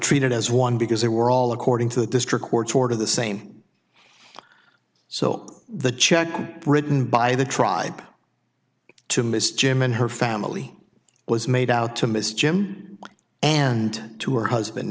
treat it as one because they were all according to the district court's order the same so the check written by the tribe to miss jim and her family was made out to miss jim and to her husband